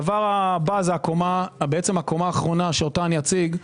הקומה האחרונה שאציג,